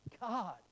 God